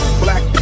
black